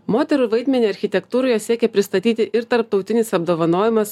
moterų vaidmenį architektūroje siekia pristatyti ir tarptautinis apdovanojimas